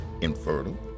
infertile